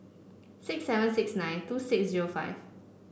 six seven six nine two six zero five